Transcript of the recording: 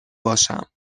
باشم